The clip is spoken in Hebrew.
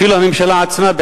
אפילו הממשלה עצמה,